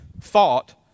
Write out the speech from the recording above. thought